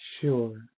Sure